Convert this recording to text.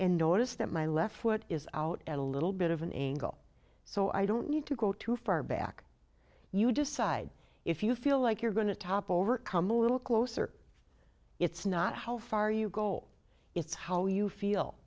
and notice that my left foot is out a little bit of an angle so i don't need to go too far back you decide if you feel like you're going to topple over come a little closer it's not how far you goal it's how you feel